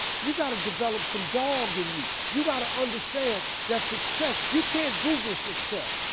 you gotta develop some dog in you. you gotta understand that success, you can't google success.